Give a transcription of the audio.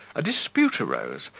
a dispute arose,